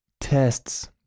tests